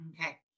Okay